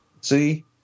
See